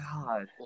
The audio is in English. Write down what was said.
god